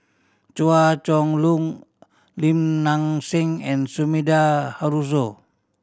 Chua Chong Long Lim Nang Seng and Sumida Haruzo